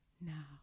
now